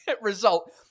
result